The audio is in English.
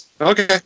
okay